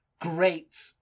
great